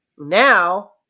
Now